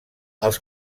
els